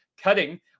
cutting